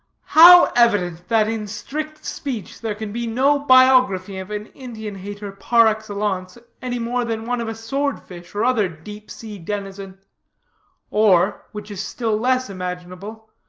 how evident that in strict speech there can be no biography of an indian-hater par excellence, any more than one of a sword-fish, or other deep-sea denizen or, which is still less imaginable,